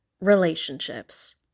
relationships